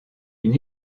une